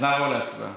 אז נעבור להצבעה.